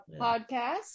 podcast